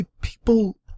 People